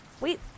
wait